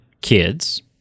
kids